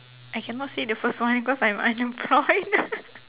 I cannot say the first one because I'm unemployed